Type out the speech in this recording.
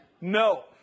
No